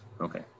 okay